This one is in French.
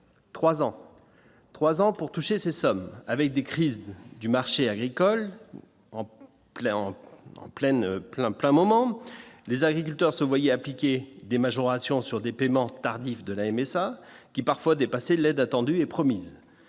3 ans pour toucher ces sommes avec des crises du marché agricole en plein en pleine plein plein moment les agriculteurs se voyaient appliquer des majorations sur des paiements tardifs de la MSA qui parfois dépasser l'aide attendue et promise